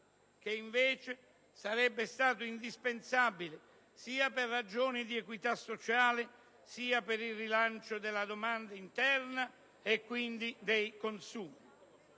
che invece sarebbe stata indispensabile, sia per ragioni di equità sociale, sia per il rilancio della domanda interna e quindi dei consumi.